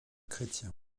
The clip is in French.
chrétien